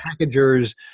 packagers